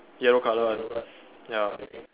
yellow color one ya